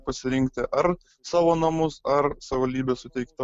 pasirinkti ar savo namus ar savivaldybės suteiktą